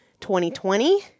2020